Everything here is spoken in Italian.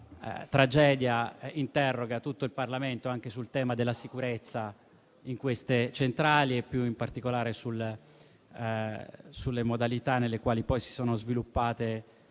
Questa tragedia interroga tutto il Parlamento anche sul tema della sicurezza nelle centrali e più in particolare sulle modalità in cui si sono sviluppate